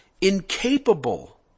incapable